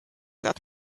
that